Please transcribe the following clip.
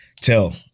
tell